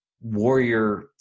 warrior